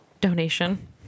donation